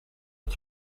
het